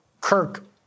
Kirk